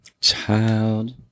Child